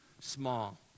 small